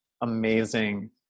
amazing